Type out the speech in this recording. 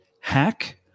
hack